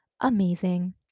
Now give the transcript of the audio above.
amazing